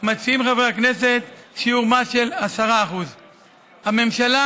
מציעים חברי הכנסת שיעור מס של 10%. הממשלה